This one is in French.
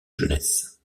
jeunesse